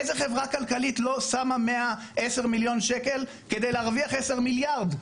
איזה חברה כלכלית לא שמה עשרה מיליון שקל כדי להרוויח עשרה מיליארד?